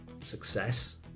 success